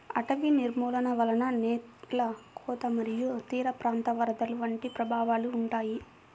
అటవీ నిర్మూలన వలన నేల కోత మరియు తీరప్రాంత వరదలు వంటి ప్రభావాలు ఉంటాయి